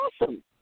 awesome